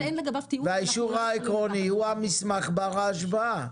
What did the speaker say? והאישור העקרוני הוא המסמך בר ההשוואה.